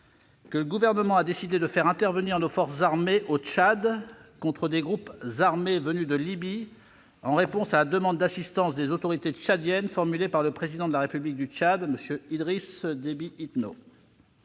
que le Gouvernement a décidé de faire intervenir nos forces armées au Tchad contre des groupes armés venus de Libye, en réponse à la demande d'assistance des autorités tchadiennes formulée par le Président de la République du Tchad, M. ldriss Déby Itno.